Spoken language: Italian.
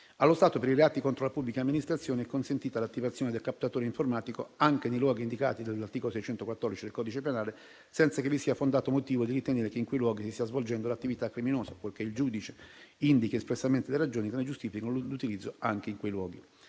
Allo stato, per i reati contro la pubblica amministrazione è consentita l'attivazione del captatore informatico anche nei luoghi indicati nell'articolo 614 del codice penale, senza che vi sia fondato motivo di ritenere che in quei luoghi si stia svolgendo l'attività criminosa, purché il giudice indichi espressamente le ragioni che ne giustificano l'utilizzo anche in quei luoghi.